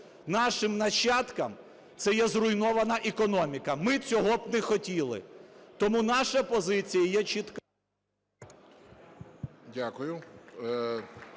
нашим нащадкам – це є зруйнована економіка, ми цього б не хотіли. Тому наша позиція є чітка…